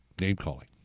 name-calling